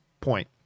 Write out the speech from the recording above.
point